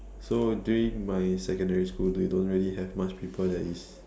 so during my secondary school we don't really have much people that is